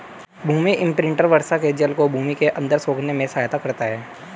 भूमि imprinter वर्षा के जल को भूमि के अंदर सोखने में सहायता करता है